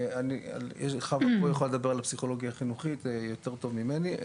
חוה פה יכולה לדבר על הפסיכולוגיה החינוכית יותר טוב ממני.